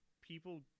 people